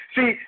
See